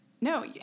no